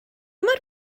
mor